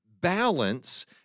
balance